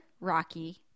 Rocky –